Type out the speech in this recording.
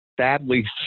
sadly